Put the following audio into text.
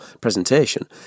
presentation